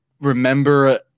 remember